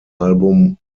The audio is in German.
album